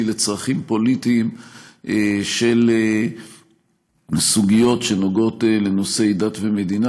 לצרכים פוליטיים של סוגיות שנוגעות לנושאי דת ומדינה,